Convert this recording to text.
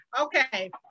Okay